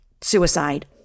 suicide